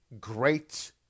great